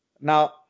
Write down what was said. now